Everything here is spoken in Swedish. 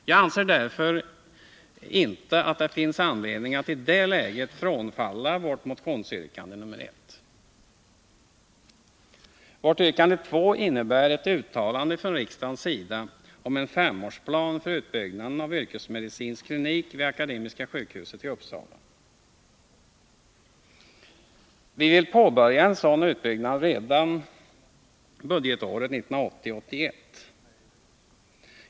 Jag anser därför inte att det finns anledning att i det läget frånfalla vårt motionsyrkande nr 1. Vårt yrkande nr 2 innebär att vi vill ha ett uttalande från riksdagens sida om en femårsplan för utbyggnaden av yrkesmedicinsk klinik vid Akademiska sjukhuset i Uppsala. Vi vill påbörja en sådan utbyggnad redan budgetåret 1980/81.